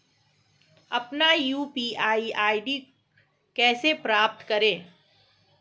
अपना UPI ID कैसे प्राप्त करें?